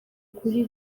kuri